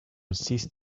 ceased